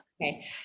okay